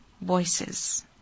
Voices